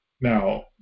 Now